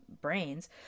brains